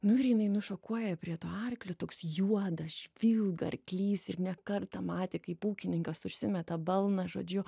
nu ir jinai nušokuoja prie to arklio toks juodas žvilga arklys ir ne kartą matė kaip ūkininkas užsimeta balną žodžiu